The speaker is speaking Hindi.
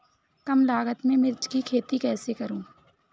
कम लागत में मिर्च की खेती कैसे करूँ?